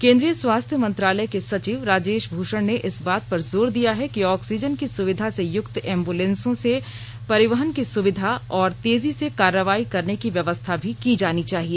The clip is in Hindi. केन्द्रीय स्वास्थ्य मंत्रालय के सचिव राजेश भूषण ने इस बात पर जोर दिया है कि आक्सीजन की सुविधा से यूक्त एम्बूलेंसों से परिवहन की सुविधा और तेजी से कार्रवाई करने की व्यवस्था भी की जानी चाहिए